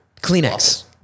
Kleenex